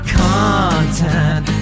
content